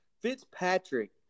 Fitzpatrick